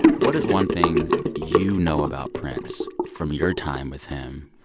what is one thing you know about prince from your time with him